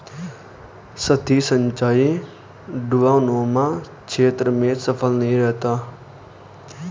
सतही सिंचाई ढवाऊनुमा क्षेत्र में सफल नहीं रहता है